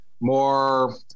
more